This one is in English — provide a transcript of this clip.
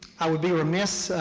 i would be remiss,